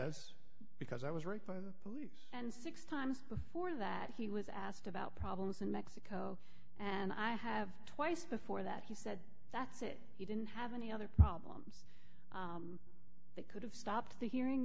says because i was right for the police and six times before that he was asked about problems in mexico and i have twice before that he said that's it he didn't have any other problems that could have stopped the hearing